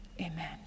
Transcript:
Amen